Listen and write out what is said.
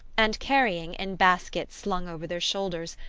and carrying, in baskets slung over their shoulders,